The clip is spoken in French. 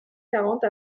quarante